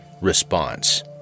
Response